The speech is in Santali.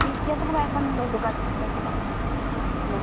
ᱴᱷᱤᱠ ᱜᱮᱭᱟ ᱛᱟᱦᱚᱞᱮ ᱮᱠᱷᱚᱱ ᱡᱳᱜᱟᱡᱳᱜ ᱮᱫᱟ ᱪᱟᱞᱟᱜ ᱟᱞᱮ